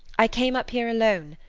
i came up here alone,